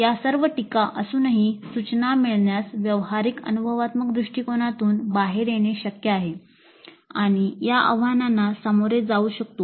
या सर्व टीका असूनही सूचना मिळवण्यास व्यावहारिक अनुभवात्मक दृष्टिकोनातून बाहेर येणे शक्य आहे आणि या आव्हानांना सामोरे जाऊ शकतो